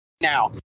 now